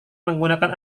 menggunakan